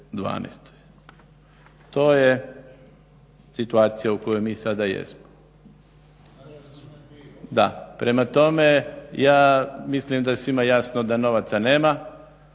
To je situacija u kojoj mi sada jesmo. Prema tome, ja mislim da je svima jasno da novaca nema